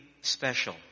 special